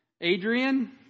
Adrian